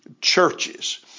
churches